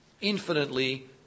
infinitely